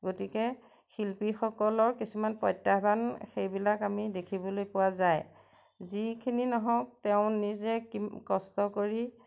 গতিকে শিল্পীসকলৰ কিছুমান প্ৰত্যাহ্বান সেইবিলাক আমি দেখিবলৈ পোৱা যায় যিখিনি নহওক তেওঁ নিজে কষ্ট কৰি